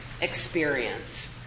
experience